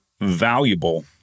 valuable